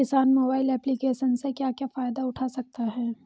किसान mobile application से क्या फायदा उठा सकता है?